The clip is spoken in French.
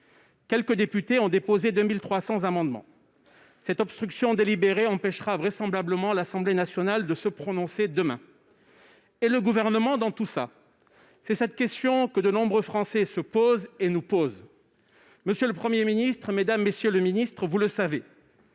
Quelques députés ont déposé 2 300 amendements. Cette obstruction délibérée empêchera vraisemblablement l'Assemblée nationale de se prononcer demain. Et le Gouvernement dans tout cela ? C'est cette question que de nombreux Français se posent et nous posent. Monsieur le Premier ministre, mesdames, messieurs les ministres, vous le savez,